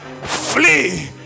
flee